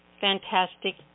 Fantastic